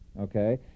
Okay